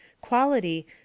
quality